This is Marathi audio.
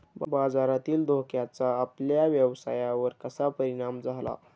बाजारातील धोक्याचा आपल्या व्यवसायावर कसा परिणाम झाला?